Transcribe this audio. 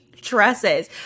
dresses